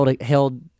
held